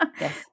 Yes